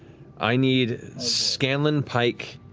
i need scanlan, pike,